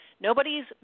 Nobody's